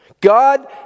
God